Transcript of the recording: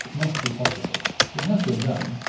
must be possible it has been done.